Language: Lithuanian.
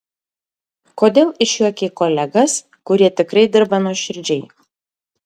kodėl išjuokei kolegas kurie tikrai dirba nuoširdžiai